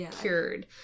cured